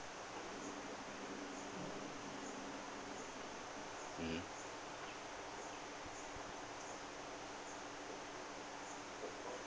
mmhmm